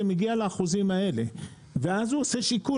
זה מגיע לאחוזים האלה ואז הוא עושה שיקול